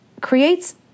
creates